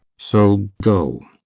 so go!